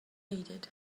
needed